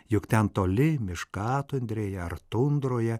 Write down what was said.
juk ten toli miškatundrėje ar tundroje